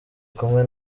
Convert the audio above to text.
kumwe